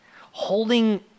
Holding